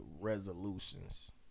resolutions